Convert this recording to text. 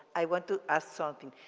i went to ask something.